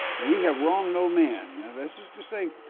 we have wronged no man, and this is just saying,